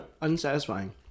unsatisfying